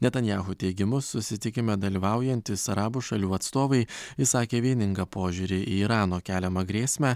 netanyahu teigimu susitikime dalyvaujantys arabų šalių atstovai išsakė vieningą požiūrį į irano keliamą grėsmę